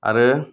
आरो